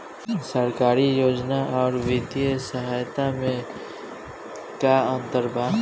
सरकारी योजना आउर वित्तीय सहायता के में का अंतर बा?